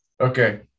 Okay